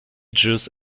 juice